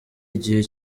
igihe